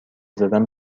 زدن